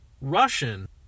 Russian